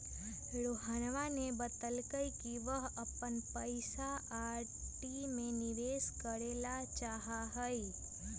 रोहनवा ने बतल कई कि वह अपन पैसा आर.डी में निवेश करे ला चाहाह हई